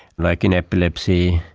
like in epilepsy,